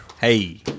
Hey